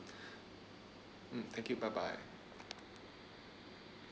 mm thank you bye bye